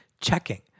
checking